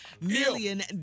million